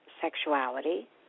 sexuality